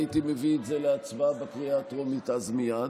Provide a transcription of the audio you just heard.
הייתי מביא את זה להצבעה בקריאה הטרומית אז מייד,